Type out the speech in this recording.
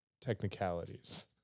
technicalities